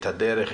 את הדרך,